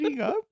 up